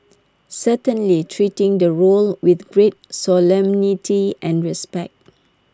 certainly treating the role with great solemnity and respect